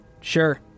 Sure